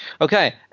Okay